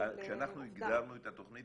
כשאנחנו הגדרנו את התוכנית,